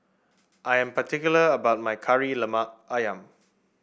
I am particular about my Kari Lemak ayam